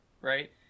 right